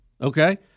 okay